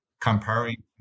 comparing